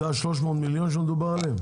זה ה-300 מיליון שמדובר עליהם?